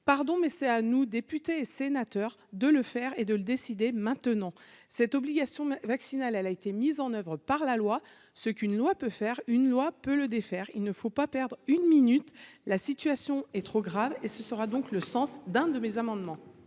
pardon, mais c'est à nous, députés et sénateurs de le faire et de le décider maintenant cette obligation vaccinale, elle a été mise en oeuvre par la loi, ce qu'une loi peut faire une loi peut le défaire, il ne faut pas perdre une minute, la situation est trop grave et ce sera donc le sens d'un de mes amendements.